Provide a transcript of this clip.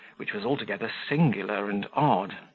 which was altogether singular and odd.